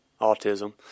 autism